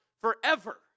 forever